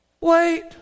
Wait